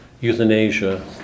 euthanasia